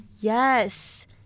Yes